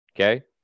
okay